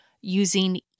using